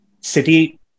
City